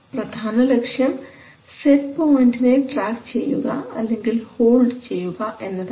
പ്രധാന ലക്ഷ്യം സെറ്റ് പോയിൻറ്നെ ട്രാക്ക് ചെയ്യുക അല്ലെങ്കിൽ ഹോൾഡ് ചെയ്യുക എന്നതാണ്